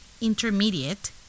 intermediate